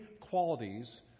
qualities